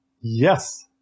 yes